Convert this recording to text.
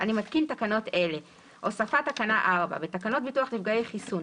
אני מתקין תקנות אלה: הוספת תקנה 4 1. בתקנות ביטוח נפגעי חיסון,